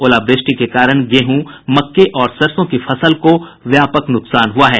ओलावृष्टि के कारण गेहूं मक्के और सरसों की फसल को व्यापक नुकसान हुआ है